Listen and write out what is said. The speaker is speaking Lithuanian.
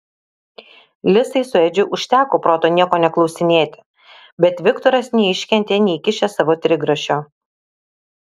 lisai su edžiu užteko proto nieko neklausinėti bet viktoras neiškentė neįkišęs savo trigrašio